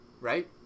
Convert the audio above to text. Right